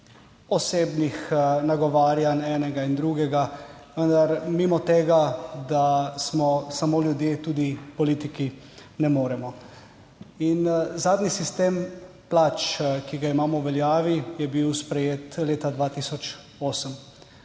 osebnih nagovarjanj enega in drugega, vendar mimo tega, da smo samo ljudje tudi politiki, ne moremo. Zadnji sistem plač, ki ga imamo v veljavi, je bil sprejet leta 2008